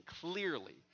clearly